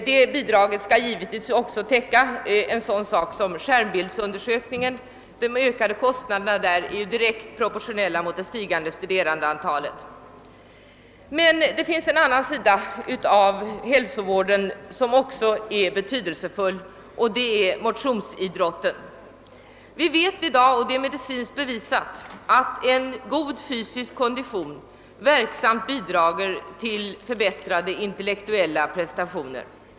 Detta bidrag skall givetvis också täcka skärmbildsundersökningen. De ökade kostnaderna därvidlag är direkt svarande mot det ökade studerandeantalet. Det finns en annan sida av hälsovården som också är betydelsefull och det är motionsidrotten. Vi vet i dag, något som är medicinskt bevisat, att en god fysisk kondition verksamt bidrar till förbättrade intellektuella prestationer.